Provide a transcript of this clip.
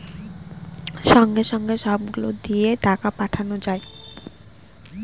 সঙ্গে সঙ্গে সব গুলো দিয়ে টাকা পাঠানো যায়